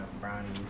brownies